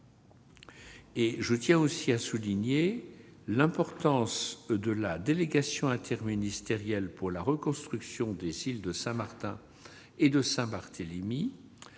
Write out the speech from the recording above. Je tiens aussi à souligner l'importance de la délégation interministérielle pour la reconstruction des îles de Saint-Martin et de Saint-Barthélemy,